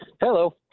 Hello